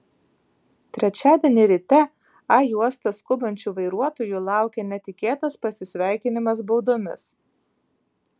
trečiadienį ryte a juosta skubančių vairuotojų laukė netikėtas pasisveikinimas baudomis